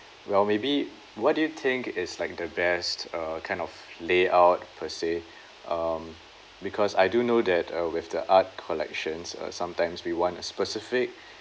well maybe what do you think is like the best uh kind of layout per se um because I do know that uh with the art collections uh sometimes we want a specific